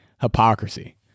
hypocrisy